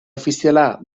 ofiziala